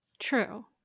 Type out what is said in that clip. True